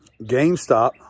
GameStop